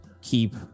keep